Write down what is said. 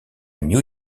new